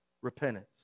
Repentance